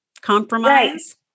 compromise